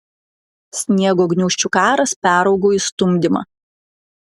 sniego gniūžčių karas peraugo į stumdymą